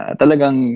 talagang